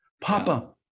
papa